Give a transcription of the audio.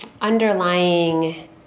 underlying